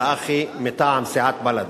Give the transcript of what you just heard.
מטעם סיעת בל"ד.